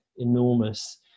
enormous